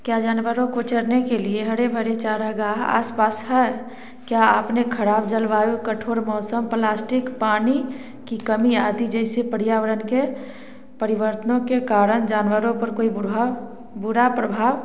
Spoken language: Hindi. क्या जानवरों को चरने के लिए हरे भरे चारागाह आस पास हैं क्या आपने ख़राब जलवायु कठोर मौसम प्लास्टिक पानी की कमी आती है जैसे पर्यावरण के परिवर्तनों के कारण जानवरों पर कोई बुरा बुरा प्रभाव